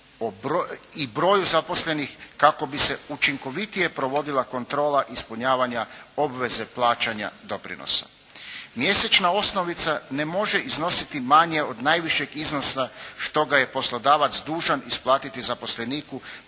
i broju zaposlenih kako bi se učinkovitije provodila kontrola ispunjavanja obveze plaćanja doprinosa. Mjesečna osnovica ne može iznositi manje od najvišeg iznosa što ga je poslodavac dužan isplatiti zaposleniku